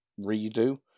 redo